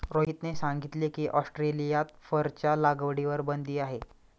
रोहितने सांगितले की, ऑस्ट्रेलियात फरच्या लागवडीवर बंदी आहे